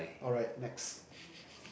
alright next